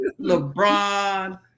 LeBron